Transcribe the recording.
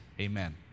Amen